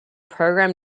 program